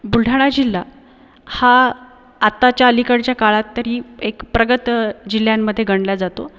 बुलढाणा जिल्हा हा आत्ताच्या अलीकडच्या काळात तरी एक प्रगत जिल्ह्यांमध्ये गणला जातो